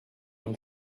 will